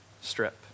strip